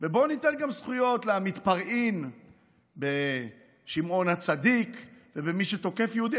ובואו ניתן גם זכויות למתפרעים בשמעון הצדיק ולמי שתוקף יהודים.